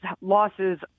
losses